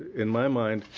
in my mind,